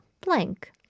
blank